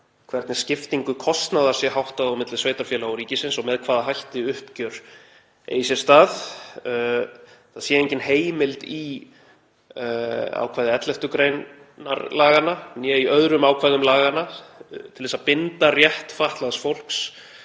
hvernig skiptingu kostnaðar sé háttað milli sveitarfélaga og ríkisins og með hvaða hætti uppgjör eigi sér stað, það sé engin heimild í ákvæði 11. gr. laganna eða í öðrum ákvæðum laganna til að binda rétt fatlaðs fólks